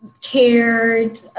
cared